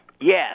Yes